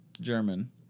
German